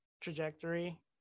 trajectory